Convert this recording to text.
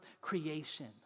creation